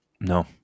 No